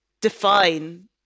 define